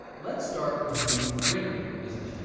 let's start with the regular business